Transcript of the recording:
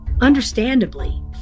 Understandably